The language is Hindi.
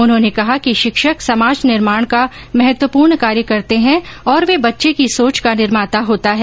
उन्होंने कहा कि शिक्षक समाज निर्माण का महत्वपूर्ण कार्य करते हैं और वह बच्चे की सोच का निर्माता होता है